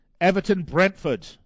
Everton-Brentford